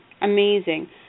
Amazing